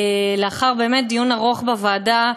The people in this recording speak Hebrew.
לאחר דיון ארוך בוועדה,